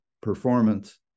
performance